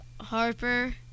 Harper